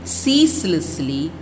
ceaselessly